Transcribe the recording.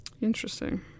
Interesting